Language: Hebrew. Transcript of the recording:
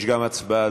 יש גם הצבעה, אדוני.